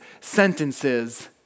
sentences